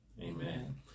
Amen